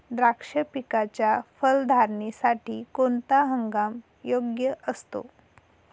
द्राक्ष पिकाच्या फलधारणेसाठी कोणता हंगाम योग्य असतो?